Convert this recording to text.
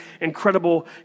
incredible